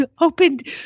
Opened